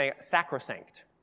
sacrosanct